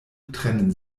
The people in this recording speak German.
trennen